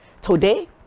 Today